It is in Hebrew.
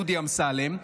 דודי אמסלם.